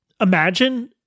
imagine